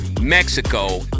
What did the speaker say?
Mexico